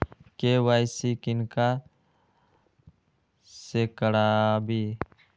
KYC किनका से कराबी?